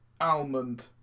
almond